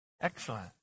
Excellent